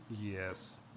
Yes